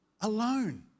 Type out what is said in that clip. Alone